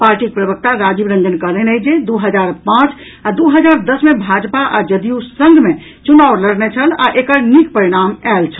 पार्टीक प्रवक्ता राजीव रंजन कहलनि अछि जे दू हजार पांच आ दू हजार दस मे भाजपा आ जदयू संग मे चुनाव लड़ने छल आ एकर नीक परिणाम आयल छल